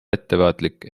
ettevaatlik